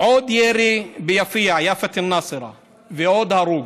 ועוד ירי ביפיע, יאפת א-נאצרה, ועוד הרוג.